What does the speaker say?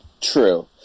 True